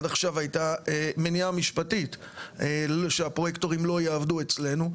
עד עכשיו הייתה מניעה משפטית שהפרויקטורים לא יעבדו אצלנו.